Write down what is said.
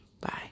Bye